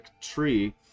tree